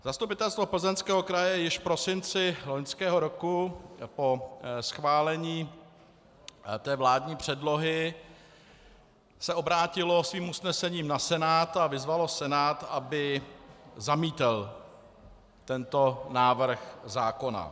Zastupitelstvo Plzeňského kraje již v prosinci loňského roku po schválení té vládní předlohy se obrátilo svým usnesením na Senát a vyzvalo Senát, aby zamítl tento návrh zákona.